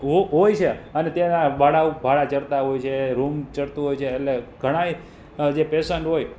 હો હોય છે અને ત્યાં ભાડા ભાડા ચડતા હોય છે રૂમ ચડતું હોય છે એટલે ઘણાય જે પેશન્ટ હોય